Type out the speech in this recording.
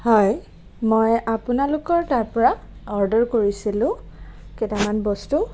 হয় মই আপোনালোকৰ তাৰ পৰা অৰ্ডাৰ কৰিছিলোঁ কেইটামান বস্তু